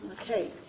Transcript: Okay